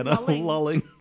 LOLLING